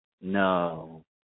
no